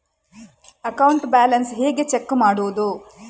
Account balance ಹೇಗೆ check ಮಾಡುವುದು?